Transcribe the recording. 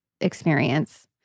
experience